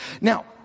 Now